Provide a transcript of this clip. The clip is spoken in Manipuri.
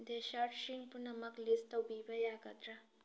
ꯗꯦꯁꯥꯔ꯭ꯗꯁꯤꯡ ꯄꯨꯝꯅꯃꯛ ꯂꯤꯁ ꯇꯧꯕꯤꯕ ꯌꯥꯒꯗ꯭ꯔꯥ